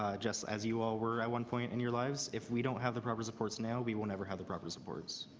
ah just as you were at one point in your lives. if we don't have the proper support now, we won't ever have the proper support.